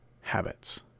habits